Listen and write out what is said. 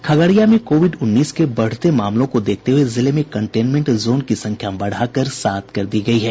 खगड़िया में कोविड उन्नीस के बढ़ते मामलों को देखते हुए जिले में कंटेनमेंट जोन की संख्या बढ़ाकर सात कर दी गयी है